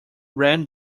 ran